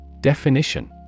Definition